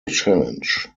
challenge